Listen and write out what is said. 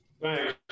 Thanks